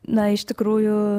na iš tikrųjų